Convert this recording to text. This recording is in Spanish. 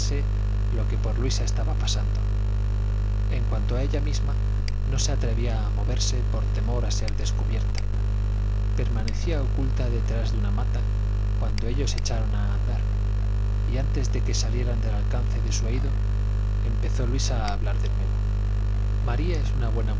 lo que por luisa estaba pasando en cuanto a ella misma no se atrevía a moverse por temor a ser descubierta permanecía oculta detrás de una mata cuando ellos echaron a andar y antes de que salieran del alcance de su oído empezó luisa a hablar de nuevo maría es una buena